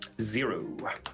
Zero